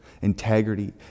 integrity